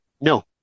no